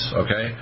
okay